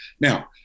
Now